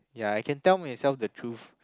ya I can tell myself the truth